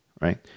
right